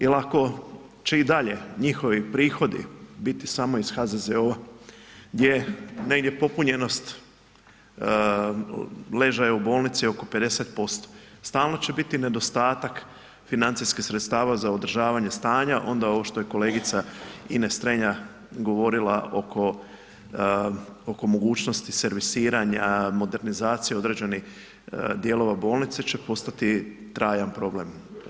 Jer ako će i dalje njihovi prihodi biti samo iz HZZO-a gdje je negdje popunjenost ležaja u bolnici oko 50%, stalno će biti nedostatak financijskih sredstava za održavanja stanja, onda ovo što je kolegica Ines Strenja govorila oko mogućnosti servisiranja, modernizacije određenih dijelova bolnice će postati trajan problem.